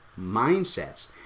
mindsets